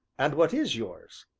and what is yours?